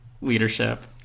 leadership